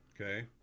Okay